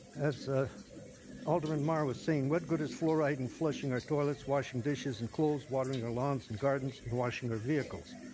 as ah alderman mar was saying, what god is fluoride in flushing our toilets, washing dishes, and clothes, watering our lawns and guardness and washing vehicles.